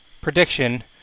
prediction